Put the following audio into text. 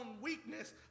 weakness